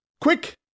quick